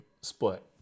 split